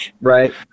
Right